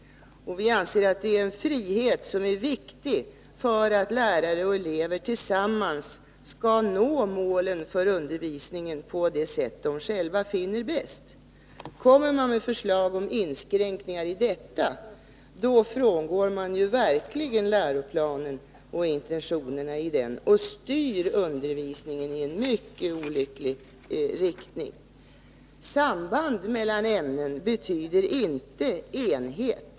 Vi anser att det är en frihet som är viktig för att elever och lärare tillsammans skall nå målet för undervisningen på det sätt som de själva finner bäst. Kommer man med förslag till inskränkningar i detta, frångår man verkligen läroplanen och intentionerna i den och styr undervisningen i en mycket olycklig riktning. Ett samband mellan ämnena betyder inte enhet.